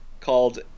called